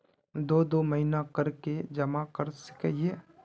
दो दो महीना कर के जमा कर सके हिये?